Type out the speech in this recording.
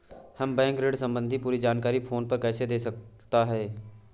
हमें बैंक ऋण संबंधी पूरी जानकारी फोन पर कैसे दे सकता है?